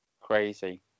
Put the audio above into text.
Crazy